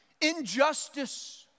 Injustice